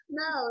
no